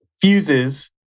fuses